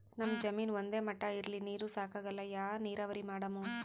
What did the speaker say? ನಮ್ ಜಮೀನ ಒಂದೇ ಮಟಾ ಇಲ್ರಿ, ನೀರೂ ಸಾಕಾಗಲ್ಲ, ಯಾ ನೀರಾವರಿ ಮಾಡಮು?